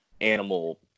animal